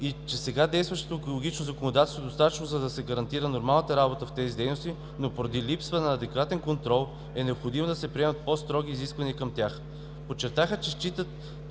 и сега действащото екологично законодателство е достатъчно, за да се гарантира нормална работа в тези дейности, но поради липса на адекватен контрол е необходимо да се приемат по-строги изисквания към тях. Подчертаха, че считат,